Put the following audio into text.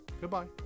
Goodbye